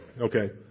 Okay